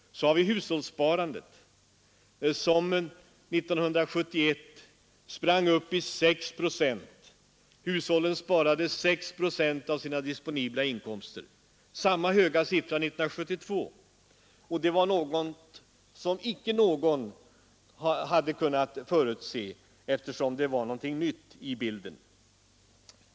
Så har vi hushållssparandet, som 1971 sprang upp i 6 procent. Hushållen sparade alltså 6 procent av sina disponibla inkomster. Samma höga siffra var det 1972. Det var något som ingen hade kunnat förutse, eftersom det var någonting nytt i en lågkonjunktur.